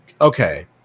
okay